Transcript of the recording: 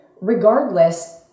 regardless